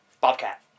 Bobcat